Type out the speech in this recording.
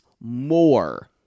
more